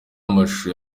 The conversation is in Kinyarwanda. amashusho